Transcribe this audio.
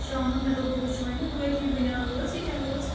شامَن مےٚ دوٚپ بہٕ وٕچھِ وَنہِ ٲدۍ یہِ بٔنیٛان وٲژ یہِ کیٛاہ وٲژ